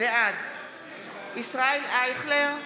בעד ישראל אייכלר,